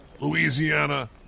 Louisiana